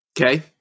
Okay